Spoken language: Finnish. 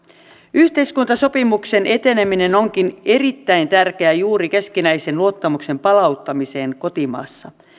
yhteiskuntasopimuksen eteneminen onkin erittäin tärkeä juuri keskinäisen luottamuksen palauttamisessa kotimaassa